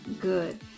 good